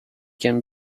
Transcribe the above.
can